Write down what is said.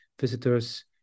visitors